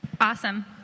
Awesome